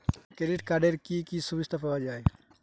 Credit কার্ডের কি কি সুবিধা পাওয়া যায়?